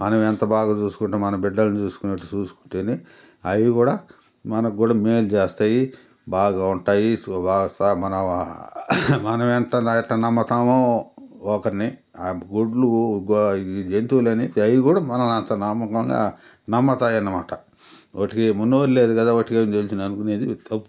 మనం ఎంత బాగా చూసుకుంటాం మన బిడ్డల్ని చూసుకున్నట్టు చూసుకుంటేనే అవి కూడా మనకి కూడా మేలు చేస్తాయి బాగా ఉంటాయి సో మన మనం ఎట్ట నమ్ముతామో ఒకరిని ఆ గుడ్లు జంతువులు అని అవి కూడా మనల్ని అంత నమ్మకంగా నమ్మతాయి అనమాట వాటికి నోరు లేరు కదా వాటికేం తెలుసు అనుకునేది తప్పు